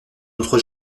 notre